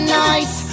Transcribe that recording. nice